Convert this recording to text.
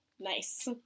Nice